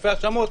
חילופי האשמות,